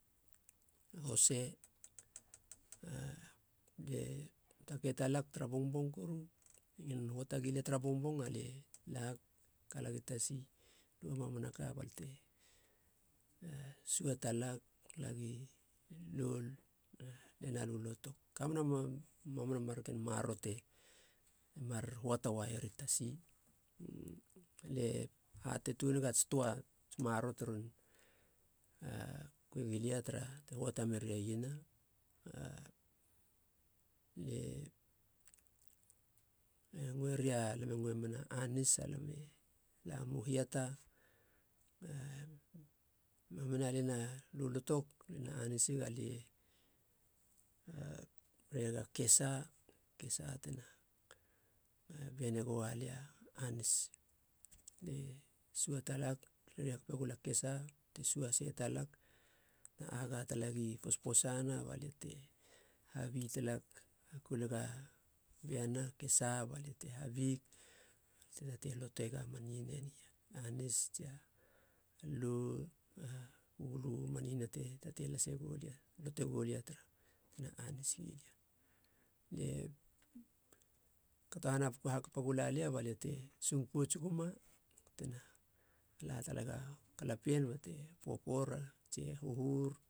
Hose alie take talag tara bongbong koru ngilin huata gilia tara bongbong alie lag galagi tasi, luga mamanaka bal te sua talag lagi loun alie na lölotog kamena mama marken maroro te mar huata uar i tasi lie hate tuun nega ats töa maroro te ron kui gulia tara te huata meri a iena, e ngoeria alam e ngoe mien anis alam e lamemu hiata, mamuna le na lulotog alie na anisig alie reriga kesa, kesa tena biane goa lia anis. Lie sua talag reri hakapegula kesa bate sua sei talag, na aga talagi posposana balia te habi talag, hakulega biana kesa balia te habig balia te lotega man iena eni, anis tsia lou, a kulu man ieana te tatei lase goulia lote goulia tara tena anis gilia. lie kato hanap hakapa gula lia balia te sung poutsiguma tena hala talega galapien bate popora tsi e hohor.